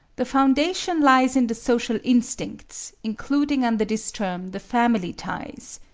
the foundation lies in the social instincts, including under this term the family ties.